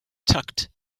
tucked